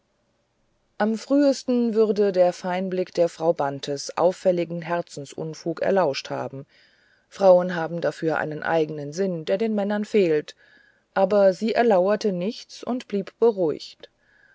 am frühesten würde der feinblick der frau bantes allfälligen herzensunfug erlauscht haben frauen haben dafür einen eigenen sinn der den männern fehlt aber sie erlauerte nichts und blieb beruhigt